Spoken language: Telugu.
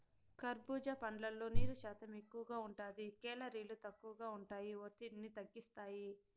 కర్భూజా పండ్లల్లో నీరు శాతం ఎక్కువగా ఉంటాది, కేలరీలు తక్కువగా ఉంటాయి, ఒత్తిడిని తగ్గిస్తాయి